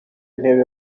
ntebe